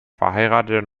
verheiratet